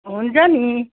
हुन्छ नि